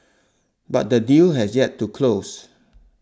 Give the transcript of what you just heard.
but the deal has yet to close